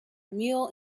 meal